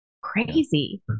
Crazy